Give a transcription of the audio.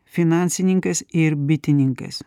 finansininkas ir bitininkas